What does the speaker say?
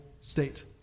state